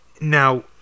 Now